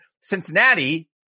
Cincinnati